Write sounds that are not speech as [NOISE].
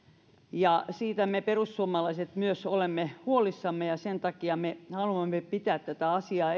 ja siitä me perussuomalaiset myös olemme huolissamme ja sen takia me haluamme pitää tätä asiaa [UNINTELLIGIBLE]